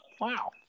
wow